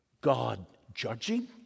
God-judging